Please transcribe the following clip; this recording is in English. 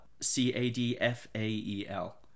C-A-D-F-A-E-L